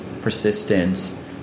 persistence